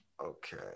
Okay